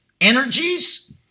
energies